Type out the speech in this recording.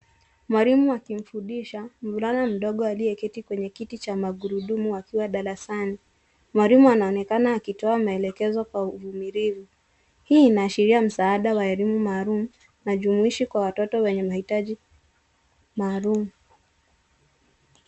Mwalimu akimfundisha, mvulana mdogo aliyeketi kwenye kiti cha magurudumu akiwa darasani. Mwalimu anaonekana akitoa maelekezo kwa uvumilivu. Hii inaashiria msaada wa elimu maalum na jumuishi kwa watoto wenye mahitaji maalum.